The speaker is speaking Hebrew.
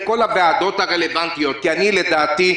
לכל הוועדות הרלוונטיות כי לדעתי,